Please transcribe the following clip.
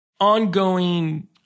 ongoing